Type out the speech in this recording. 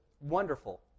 wonderful